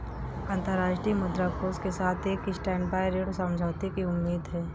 अंतर्राष्ट्रीय मुद्रा कोष के साथ एक स्टैंडबाय ऋण समझौते की उम्मीद है